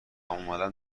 اومدم